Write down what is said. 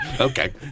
Okay